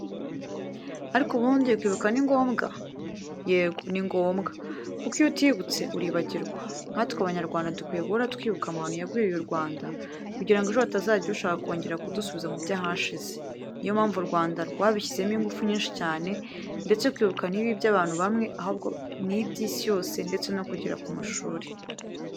Ariko ubundi kwibuka ni ngombwa? Yego ni ngombwa kuko iyo utibutse uribagirwa. Nkatwe Abanyarwanda dukwiye guhora twibuka amahano yagwiriye u Rwanda, kugira ngo ejo hatazagira ushaka kongera kudusubiza mu byahashize. Niyo mpamvu u Rwanda rwabishyizemo ingufu nyinshi cyane ndetse kwibuka ntibibe iby'abantu bamwe, ahubwo ni iby'Isi yose ndetse no kugera mu mashuri.